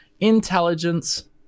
intelligence